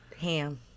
Ham